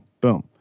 boom